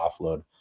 offload